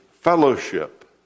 fellowship